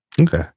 Okay